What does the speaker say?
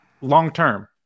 long-term